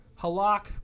Halak